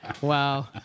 wow